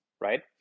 right